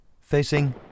facing